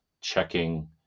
checking